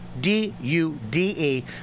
D-U-D-E